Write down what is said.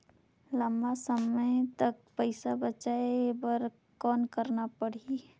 लंबा समय तक पइसा बचाये बर कौन करना पड़ही?